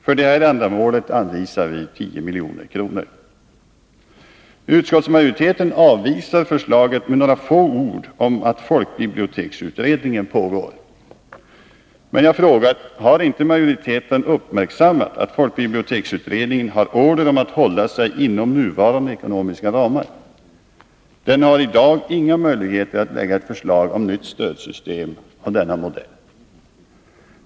För detta ändamål anvisar vi 10 milj.kr. Utskottsmajoriteten avvisar förslaget med några få ord om att folkbiblioteksutredningen pågår. Jag frågar: Har inte majoriteten uppmärksammat att folkbiblioteksutredningen har order om att hålla sig inom nuvarande ekonomiska ramar? Den har i dag inga möjligheter att lägga ett förslag om nytt stödsystem av denna modell.